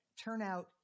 turnout